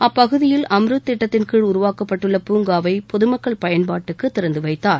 அப்பகுதியில் அம்ருத் திட்டத்தின் கீழ் உருவாக்கப்பட்டுள்ள பூங்காவை பொது மக்கள் பயன்பாட்டுக்கு திறந்து வைத்தார்